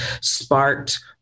sparked